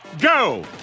Go